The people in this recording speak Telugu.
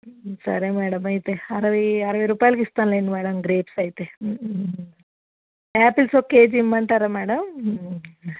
సరే మేడం అయితే అరవై అరవై రూపాయలకి ఇస్తానులేండి మేడమ్ గ్రేప్స్ అయితే యాపిల్స్ ఒక కేజీ ఇవ్వమంటారా మేడం